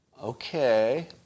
Okay